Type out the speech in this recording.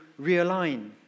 realign